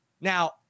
Now